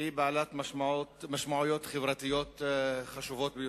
והיא בעלת משמעויות חברתיות חשובות ביותר.